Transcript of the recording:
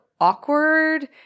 awkward